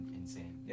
insane